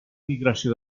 migració